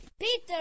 Peter